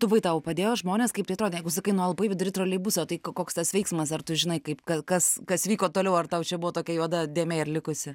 tu buvai tau padėjo žmonės kaip tai atrodė jeigu sakai nualpai vidury troleibuso tai ko koks tas veiksmas ar tu žinai kaip ka kas kas vyko toliau ar tau čia buvo tokia juoda dėmė ir likusi